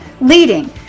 leading